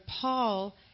Paul